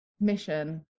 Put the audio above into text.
mission